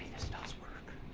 this does work.